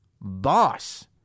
boss